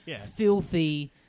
filthy